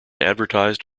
advertised